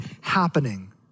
happening